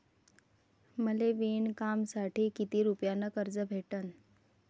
मले विणकामासाठी किती रुपयानं कर्ज भेटन?